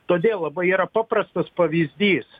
todėl labai yra paprastas pavyzdys